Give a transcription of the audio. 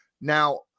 Now